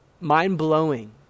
mind-blowing